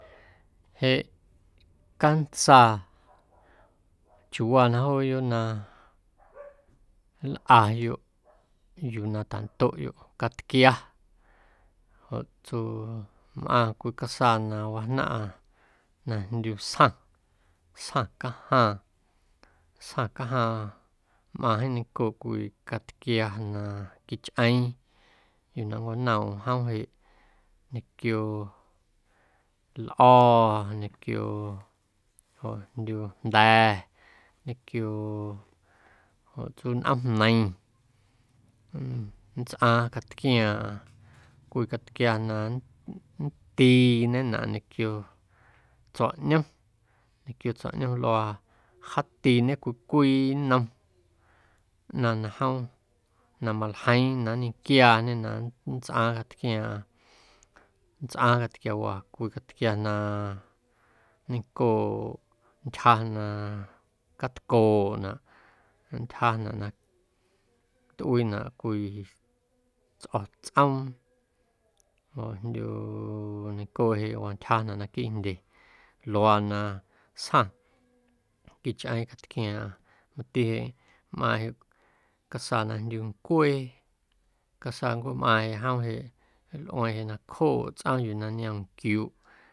Jeꞌ cantsaa chiuuwaa na jooyoꞌ na nlꞌayoꞌ yuu na tandoꞌyoꞌ catquia joꞌ tsuu mꞌaaⁿ cwii casaa na wajnaⁿꞌa na jndyu sjaⁿ, sjaⁿ cajaaⁿ, sjaⁿ cajaaⁿ mꞌaaⁿ jeeⁿ neiⁿcooꞌ cwii catquia na quichꞌeeⁿ yuu na wanoomꞌm jom jeꞌ ñequio lꞌo̱o̱, ñequio ljoꞌjndyu jnda̱, ñequio joꞌ tsuu nꞌoomjneiⁿ nntsꞌaaⁿ catquiaaⁿꞌaⁿ cwii cantquia na nntiñenaꞌ ñequio tsuaꞌñom, ñequio tsuaꞌñom luaa jaatiiñe cwii cwii nnom ꞌnaⁿ na jom na maljeiiⁿ na nquiaañe na nntsꞌaaⁿ catquiaaⁿꞌaⁿ nntsꞌaaⁿ catquiawaa cwii catquia na neiⁿncooꞌ ntyja na catycooꞌnaꞌ ntyjanaꞌ na tꞌuiinaꞌ cwii tsꞌo̱ tsꞌoom ljoꞌjndyu neinⁿcooꞌ jeꞌ wantyjanaꞌ naquiiꞌ jndye luaa na sjaⁿ quichꞌeeⁿ catquiaaⁿꞌaⁿ mati jeꞌ mꞌaaⁿ jeꞌ casaa na jndyu ncwee casaancweemꞌaaⁿ jom jeꞌ nlꞌueeⁿ nacjooꞌ tsꞌoom yuu na niom nquiuꞌ.